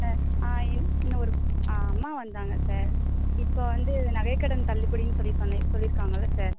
ஆ ஆ இன்னும் ஒரு ஆ அம்மா வந்தாங்க சார் இப்போ வந்து நகைக்கடன் தள்ளுபடின்னு சொல்லி சொல்லியிருக்காங்கள்ல சார்